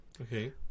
Okay